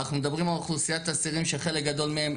אנחנו מדברים על אוכלוסיית אסירים שחלק גדול מהם,